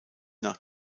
nach